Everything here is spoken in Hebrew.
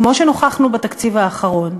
כמו שנוכחנו בתקציב האחרון,